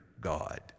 God